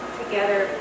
together